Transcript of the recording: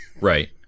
Right